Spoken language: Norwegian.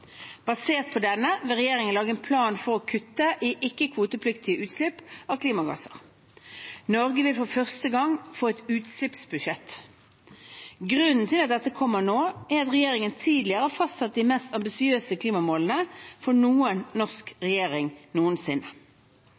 Basert på denne vil regjeringen lage en plan for å kutte i ikke-kvotepliktige utslipp av klimagasser. Norge vil for første gang få et utslippsbudsjett. Grunnen til at dette kommer nå, er at regjeringen tidligere har fastsatt de mest ambisiøse klimamålene for noen norsk regjering noensinne.